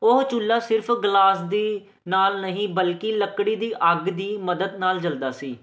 ਉਹ ਚੁੱਲ੍ਹਾ ਸਿਰਫ ਗਲਾਸ ਦੀ ਨਾਲ ਨਹੀਂ ਬਲਕਿ ਲੱਕੜੀ ਦੀ ਅੱਗ ਦੀ ਮਦਦ ਨਾਲ ਜਲਦਾ ਸੀ